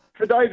today